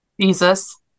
Jesus